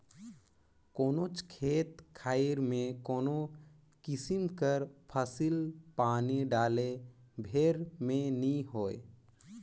कोनोच खेत खाएर में कोनो किसिम कर फसिल पानी डाले भेर में नी होए